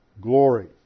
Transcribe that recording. glory